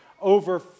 over